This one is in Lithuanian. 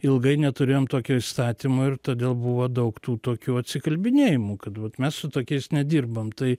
ilgai neturėjom tokio įstatymo ir todėl buvo daug tų tokių atsikalbinėjimų kad vat mes su tokiais nedirbam tai